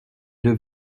deux